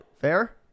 fair